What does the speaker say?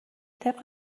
طبق